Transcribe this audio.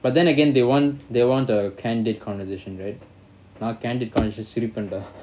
but then again they want they want the candid conversation right now candid conversation சிரிப்பேன்டா:siripenda